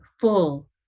full